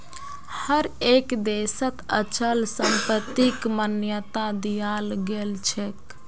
हर एक देशत अचल संपत्तिक मान्यता दियाल गेलछेक